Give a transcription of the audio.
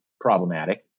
problematic